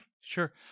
sure